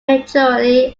majority